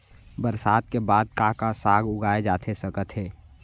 बरसात के बाद का का साग उगाए जाथे सकत हे?